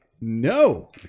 no